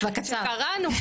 שקראנו,